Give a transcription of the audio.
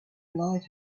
life